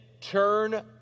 turn